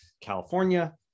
California